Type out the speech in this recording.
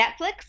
netflix